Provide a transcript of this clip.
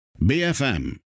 BFM